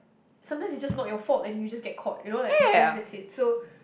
sometimes it's just not your fault and you just get caught you know like and then that's it so